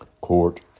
court